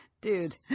dude